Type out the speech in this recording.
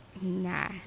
Nah